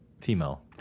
Female